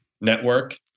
network